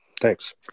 thanks